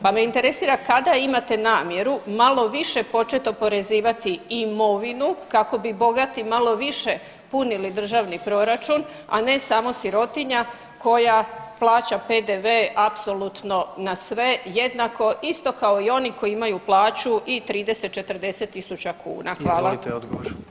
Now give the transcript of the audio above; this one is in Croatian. Pa me interesira kada imate namjeru malo više početi oporezivati imovinu kako bi bogati malo više punili državni proračun, a ne samo sirotinja koja plaća PDV apsolutno na sve jednako isto kao i oni koji imaju plaću i 30-40.000 kuna.